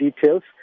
details